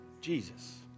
Jesus